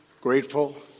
grateful